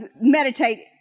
meditate